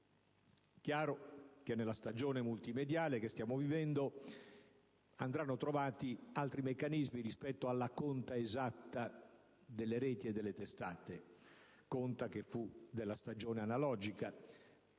È chiaro che nella stagione multimediale che stiamo vivendo andranno trovati altri meccanismi rispetto alla conta esatta delle reti e delle testate, una conta che fu propria della stagione analogica.